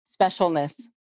specialness